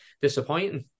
disappointing